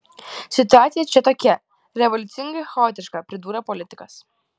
situacija čia tokia revoliucingai chaotiška pridūrė politikas